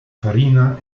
farina